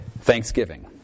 thanksgiving